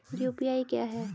UPI क्या है?